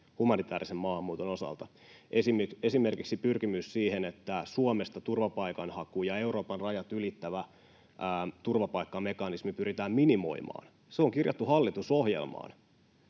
humanitäärisen maahanmuuton osalta. Esimerkiksi pyrkimys siihen, että Suomesta turvapaikanhaku ja Euroopan rajat ylittävä turvapaikkamekanismi pyritään minimoimaan, on kirjattu hallitusohjelmaan.